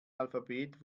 alphabet